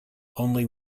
only